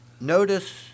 notice